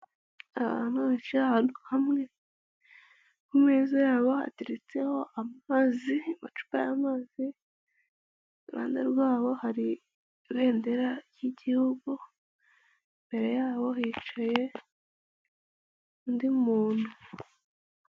Abantu bicaye ahantu hamwe, ku meza yabo hateretseho amazi, amacupa y'amazi, iruhande rwabo hari ibendera ry'igihugu, imbere yabo hicaye undi muntu.